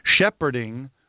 Shepherding